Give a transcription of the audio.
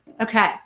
Okay